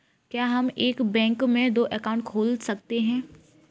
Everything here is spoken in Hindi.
क्या हम एक बैंक में दो अकाउंट खोल सकते हैं?